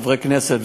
כחברי כנסת,